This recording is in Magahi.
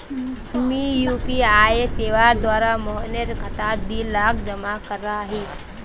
मी यु.पी.आई सेवार द्वारा मोहनेर खातात दी लाख जमा करयाही